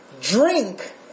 drink